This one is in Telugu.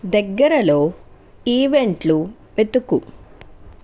దగ్గరలో ఈవెంట్లు వెతుకు